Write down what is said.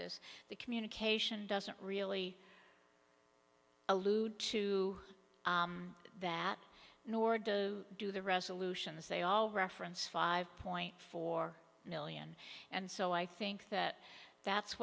this the communication doesn't really allude to that nor do i do the resolutions they all reference five point four million and so i think that that's